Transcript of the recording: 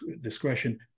discretion